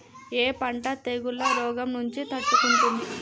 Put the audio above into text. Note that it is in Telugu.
ఏ పంట తెగుళ్ల రోగం నుంచి తట్టుకుంటుంది?